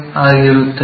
ಆಗಿರುತ್ತದೆ